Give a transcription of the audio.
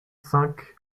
cinq